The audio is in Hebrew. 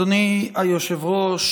אדוני היושב-ראש,